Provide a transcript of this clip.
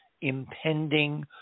impending